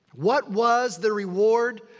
what was the reward